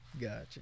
Gotcha